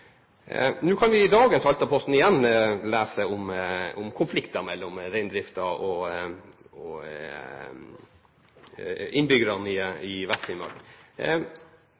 Nå kan vi i dagens Altaposten igjen lese om konflikter mellom reineiere og innbyggere i